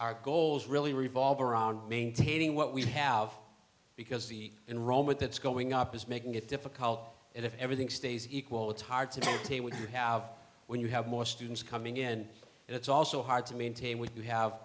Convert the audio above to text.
our goals really revolve around maintaining what we have because the enrollment that's going up is making it difficult and if everything stays equal it's hard to take what you have when you have more students coming in and it's also hard to maintain with you have